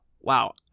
wow